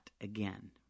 again